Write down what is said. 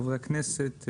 חברי הכנסת,